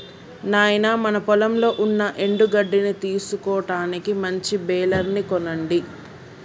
నాయినా మన పొలంలో ఉన్న ఎండు గడ్డిని తీసుటానికి మంచి బెలర్ ని కొనండి